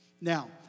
Now